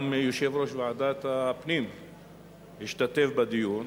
גם יושב-ראש ועדת הפנים השתתף בדיון,